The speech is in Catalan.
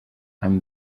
amb